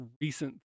recent